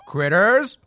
Critters